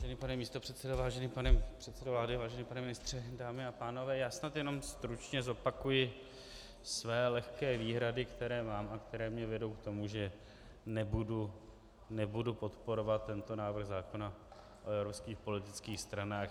Vážený pane místopředsedo, vážený pane předsedo vlády, vážený pane ministře, dámy a pánové, já snad jenom stručně zopakuji své lehké výhrady, které mám a které mě vedou k tomu, že nebudu podporovat tento návrh zákona o evropských politických stranách.